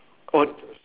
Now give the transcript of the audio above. oh